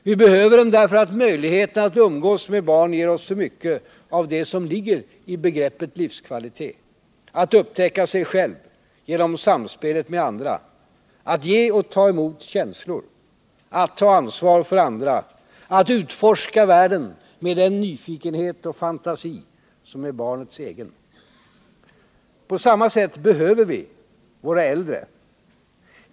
Vi behöver dem, därför att möjligheterna att umgås med barn ger oss så mycket av det som ligger i begreppet livskvalitet: att upptäcka sig själv genom samspelet med andra, att ge och ta emot känslor, att ta ansvar för andra, att utforska världen med den nyfikenhet och fantasi som är barnets egen. På samma sätt behöver vi våra äldre.